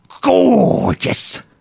gorgeous